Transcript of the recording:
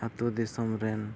ᱟᱹᱛᱩ ᱫᱤᱥᱚᱢ ᱨᱮᱱ